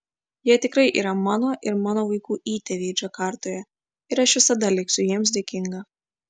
jie tikrai yra mano ir mano vaikų įtėviai džakartoje ir aš visada liksiu jiems dėkinga